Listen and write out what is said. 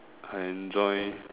I enjoy